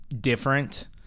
different